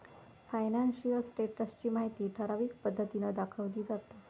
financial status ची माहिती ठराविक पद्धतीन दाखवली जाता